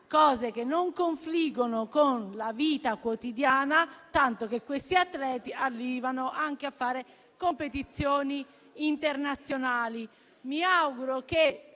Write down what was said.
cose che non confliggono con la vita quotidiana, tanto che questi atleti arrivano anche a svolgere competizioni internazionali.